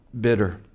bitter